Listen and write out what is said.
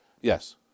Yes